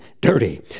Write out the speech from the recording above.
dirty